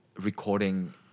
recording